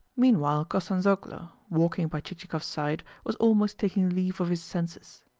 meanwhile kostanzhoglo, walking by chichikov's side, was almost taking leave of his senses.